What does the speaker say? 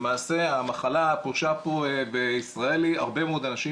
למעשה המחלה שפלשה פה לישראל היא הרבה מאוד אנשים